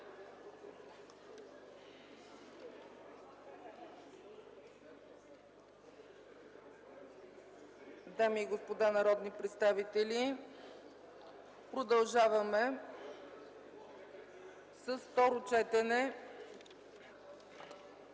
Дами и господа народни представители, продължаваме с: